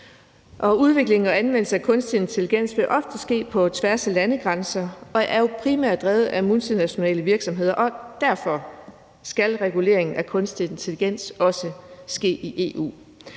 Udviklingen og anvendelsen af kunstig intelligens vil ofte ske på tværs af landegrænser og er jo primært drevet af multinationale virksomheder, og derfor skal reguleringen af kunstig intelligens også ske i EU.